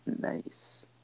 Nice